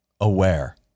aware